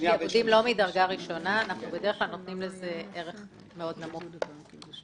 לשעבודים לא מדרגה ראשונה אנחנו נותנים ערך מאוד נמוך בדרך כלל,